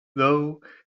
though